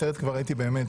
אחרת כבר הייתי באמת